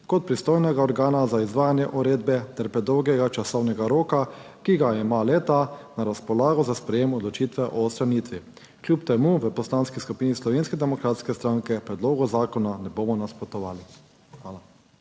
kot pristojnega organa za izvajanje uredbe ter predolgega časovnega roka, ki ga ima le-ta na razpolago za sprejetje odločitve o odstranitvi. Kljub temu v Poslanski skupini Slovenske demokratske stranke predlogu zakona ne bomo nasprotovali. Hvala.